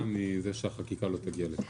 אנחנו ממש כפסע מזה שהחקיקה לא תגיע לפה.